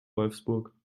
wolfsburg